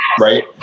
right